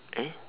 eh